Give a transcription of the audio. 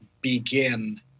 begin